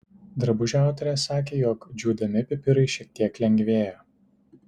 drabužio autorės sakė jog džiūdami pipirai šiek tiek lengvėja